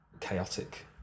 chaotic